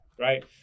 Right